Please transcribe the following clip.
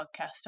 podcast